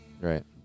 Right